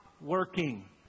working